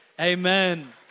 Amen